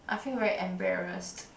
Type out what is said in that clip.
I feel very embarrassed